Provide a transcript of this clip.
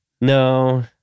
No